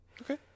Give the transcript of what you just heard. Okay